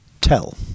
tell